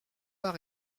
pas